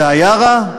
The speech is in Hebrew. זה היה רע?